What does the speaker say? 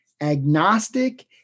agnostic